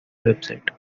website